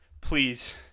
please